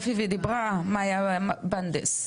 בבקשה מאיה בנדס.